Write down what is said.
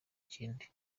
ikindi